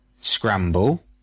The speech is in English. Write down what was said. scramble